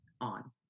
on